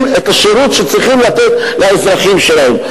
את השירות שצריכים לתת לאזרחים שלהן.